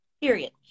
Period